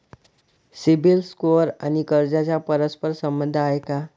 CIBIL score आणि कर्जाचा परस्पर संबंध आहे का?